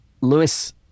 Lewis